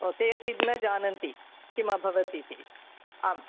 ओ ते अपि न जानन्ति किमभवत् इति आम्